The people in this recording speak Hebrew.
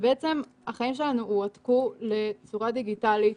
בעצם החיים שלנו הועתקו לצורה דיגיטלית